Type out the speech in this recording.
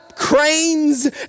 cranes